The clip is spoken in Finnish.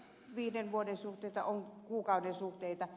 on viiden vuoden suhteita on kuukauden suhteita